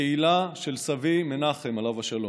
הקהילה של סבי מנחם, עליו השלום.